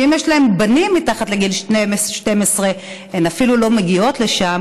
ואם יש להן בנים מעל לגיל 12 הן אפילו לא מגיעות לשם,